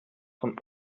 von